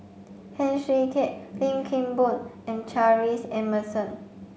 Heng Swee Keat Lim Kim Boon and Charles Emmerson